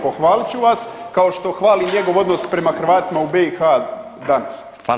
Pohvalit ću vas kao što hvalim njegov odnos prema Hrvatima u BiH danas.